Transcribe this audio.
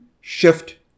shift